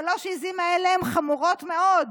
ושלוש העיזים האלה הן חמורות מאוד: